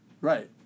Right